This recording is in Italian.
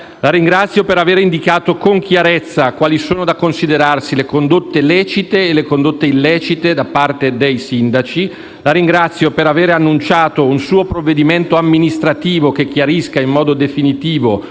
il Ministro per aver indicato con chiarezza quali sono da considerarsi le condotte lecite e le condotte illecite da parte dei sindaci e lo ringrazio per avere annunciato un suo provvedimento amministrativo, che lo chiarisca in modo definitivo.